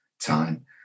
time